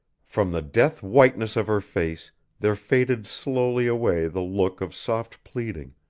from the death whiteness of her face there faded slowly away the look of soft pleading,